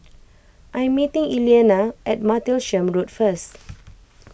I am meeting Elianna at Martlesham Road first